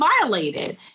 violated